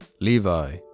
Levi